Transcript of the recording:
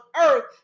earth